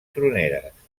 troneres